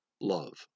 love